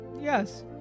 Yes